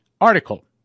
Article